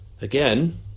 Again